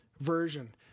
version